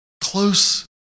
close